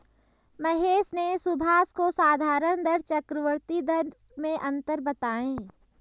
महेश ने सुभाष को साधारण दर चक्रवर्ती दर में अंतर बताएं